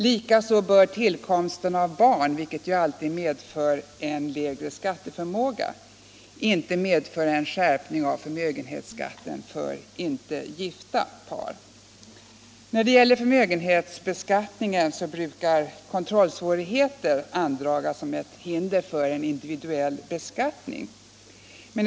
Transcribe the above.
Likaså bör tillkomsten av barn — vilket alltid medför lägre skatteförmåga — inte medföra en skärpning av förmögenhetsskatten för inte gifta par. När det gäller förmögenhetsbeskattningen brukar kontrollsvårigheter andragas som hinder för en individuell beskattning.